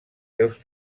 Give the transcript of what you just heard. seus